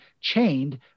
chained